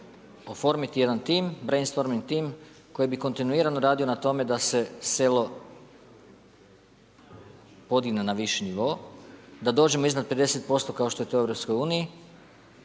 oformiti jedan tim, brain storming tim koji bi kontinuirano radio na tome da se selo podigne na viši nivo, da dođemo iznad 50% kao što je to u EU,